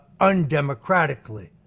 undemocratically